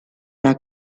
era